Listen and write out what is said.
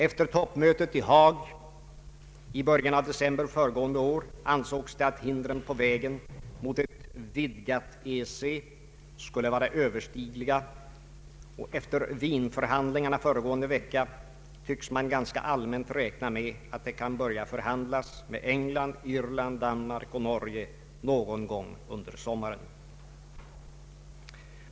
Efter toppmötet i Haag i början av december föregående år ansågs det att hindren på vägen mot ett vidgat EEC skulle vara överstigliga, och efter Wienförhandlingarna föregående vecka tycks man ganska allmänt räkna med att det kan börja förhandlas med England, Irland, Danmark och Norge någon gång i sommar.